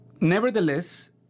nevertheless